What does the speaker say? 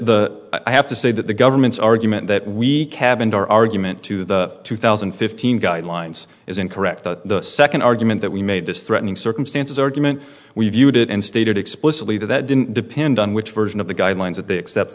the i have to say that the government's argument that we cab and our argument to the two thousand and fifteen guidelines is incorrect the second argument that we made this threatening circumstances argument we viewed it and stated explicitly that that didn't depend on which version of the guidelines that they accept